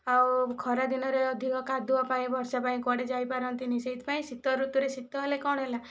ଆଉ ଖରା ଦିନରେ ଅଧିକ କାଦୁଅ ପାଇଁ ବର୍ଷା ପାଇଁ କୁଆଡ଼େ ଯାଇ ପାରନ୍ତିନି ସେଇଥିପାଇଁ ଶୀତ ଋତୁରେ ଶୀତ ହେଲେ କ'ଣ ହେଲା